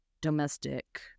domestic